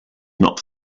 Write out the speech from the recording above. not